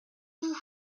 vous